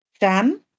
Dan